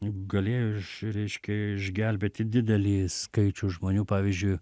galėjo iš reiškia išgelbėti didelį skaičių žmonių pavyzdžiui